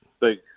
big